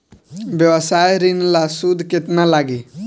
व्यवसाय ऋण ला सूद केतना लागी?